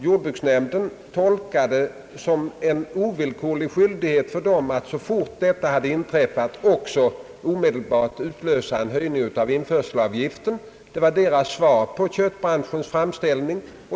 Jordbruksnämnden ansåg det som en ovillkorlig skyldighet att så fort detta hade inträffat omedelbart utlösa en höjning av införselavgiften. Det var jordbruksnämndens svar på köttbranschens framställning.